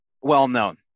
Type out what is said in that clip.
well-known